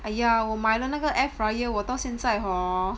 !aiya! 我买了那个 air fryer 我到现在 hor